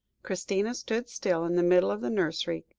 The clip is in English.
christina stood still in the middle of the nursery,